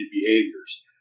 behaviors